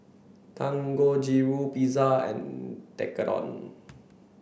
Dangojiru Pizza and Tekkadon